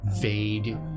vade